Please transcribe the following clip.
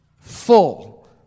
full